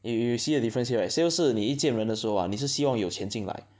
you you see the difference here right sales 是你一见人的时候 ah 你是希望有钱进来 but